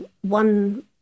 one